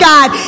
God